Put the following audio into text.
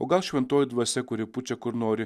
o gal šventoji dvasia kuri pučia kur nori